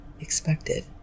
expected